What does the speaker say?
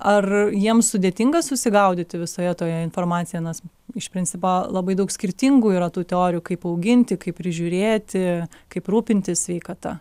ar jiems sudėtinga susigaudyti visoje toje informacijoje nes iš principo labai daug skirtingų yra tų teorijų kaip auginti kaip prižiūrėti kaip rūpintis sveikata